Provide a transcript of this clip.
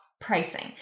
pricing